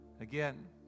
again